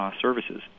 services